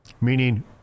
Meaning